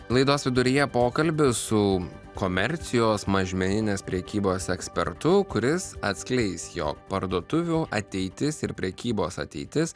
laidos viduryje pokalbis su komercijos mažmeninės prekybos ekspertu kuris atskleis jog parduotuvių ateitis ir prekybos ateitis